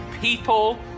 people